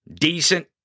decent